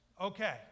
Okay